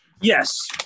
Yes